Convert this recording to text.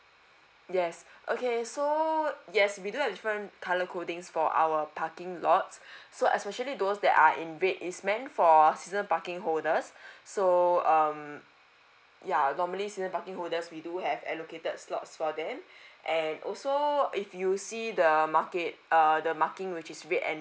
yes okay so yes we do have different colour codings for our parking lot so especially those that are in red is meant for season parking holders so um ya normally season parking holders we do have allocated slots for them and also if you see the market err the marking which is red and